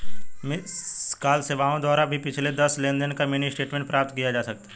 miss call सेवाओं द्वारा भी पिछले दस लेनदेन का मिनी स्टेटमेंट प्राप्त किया जा सकता है